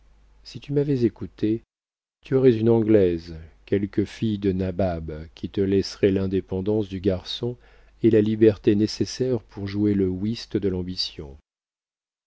si tu m'avais écouté tu aurais une anglaise quelque fille de nabab qui te laisserait l'indépendance du garçon et la liberté nécessaire pour jouer le whist de l'ambition